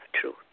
true